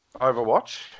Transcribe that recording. Overwatch